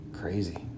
Crazy